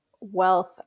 wealth